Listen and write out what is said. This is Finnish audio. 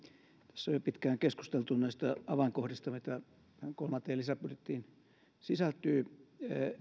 jo pitkään keskusteltu näistä avainkohdista mitä tähän kolmanteen lisäbudjettiin sisältyy